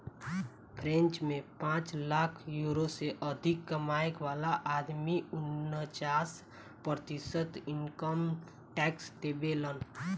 French में पांच lakh euro से अधिक कमाए वाला आदमी उनन्चास प्रतिशत इनकम टैक्स देबेलन